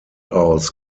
aus